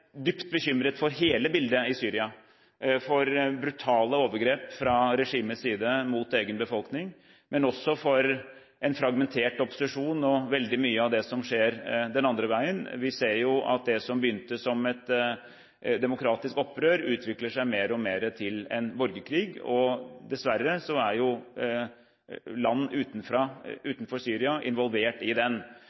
for brutale overgrep fra regimets side mot egen befolkning, men også for en fragmentert opposisjon og veldig mye av det som skjer den andre veien. Vi ser jo at det som begynte som et demokratisk opprør, utvikler seg mer og mer til en borgerkrig, og dessverre er land utenfor Syria involvert i den.